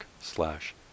slash